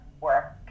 work